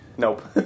Nope